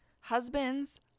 Husbands